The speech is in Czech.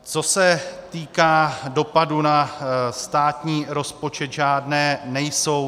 Co se týká dopadů na státní rozpočet, žádné nejsou.